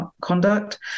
conduct